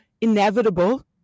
inevitable